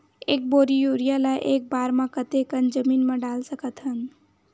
एक बोरी यूरिया ल एक बार म कते कन जमीन म डाल सकत हन?